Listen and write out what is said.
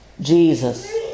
Jesus